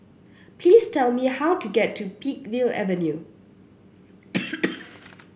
please tell me how to get to Peakville Avenue